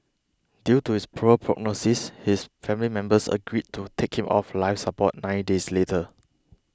due to his poor prognosis his family members agreed to take him off life support nine days later